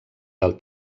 del